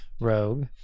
rogue